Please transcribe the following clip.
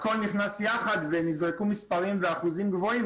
הכול נכנס יחד ונזרקו מספרים ואחוזים גבוהים.